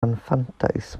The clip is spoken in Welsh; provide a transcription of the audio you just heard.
anfantais